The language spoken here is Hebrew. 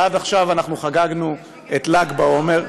עד עכשיו אנחנו חגגנו את ל"ג בעומר,